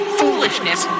foolishness